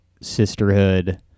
Sisterhood